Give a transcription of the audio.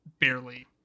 barely